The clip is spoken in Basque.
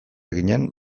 ginen